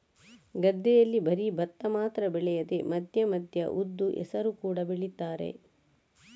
ಗದ್ದೆನಲ್ಲಿ ಬರೀ ಭತ್ತ ಮಾತ್ರ ಬೆಳೆಯದೆ ಮಧ್ಯ ಮಧ್ಯ ಉದ್ದು, ಹೆಸರು ಕೂಡಾ ಬೆಳೀತಾರೆ